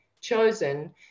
chosen